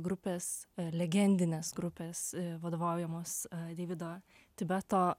grupes legendinės grupės vadovaujamos deivido tibeto